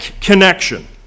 connection